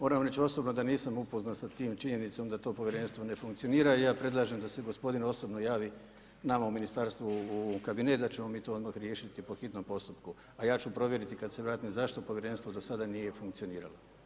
Moram reći osobno da nisam upoznat s tim činjenicom da to Povjerenstvo ne funkcionira, i ja predlažem da se gospodin osobno javi nama u Ministarstvo, u kabinet da ćemo mi to odmah riješiti po hitnom postupku, a ja ću provjeriti kad se vratim zašto Povjerenstvo do sada nije funkcioniralo.